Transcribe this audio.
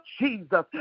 Jesus